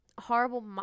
horrible